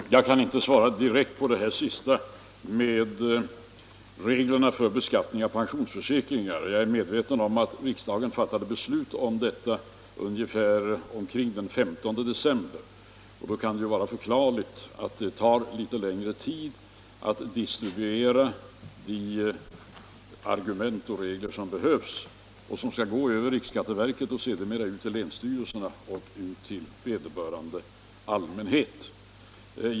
Herr talman! Jag kan inte svara direkt på frågan om reglerna för beskattningen av pensionsförsäkringar. Men riksdagen fattade ju beslut i den frågan omkring den 15 december förra året, och det kan väl vara förståeligt om det tar litet längre tid att distribuera de anvisningarna, som skall gå över riksräkenskapsverket och länsstyrelserna ut till allmänheten.